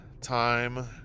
time